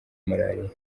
malariya